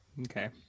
Okay